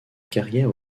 carrière